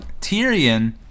Tyrion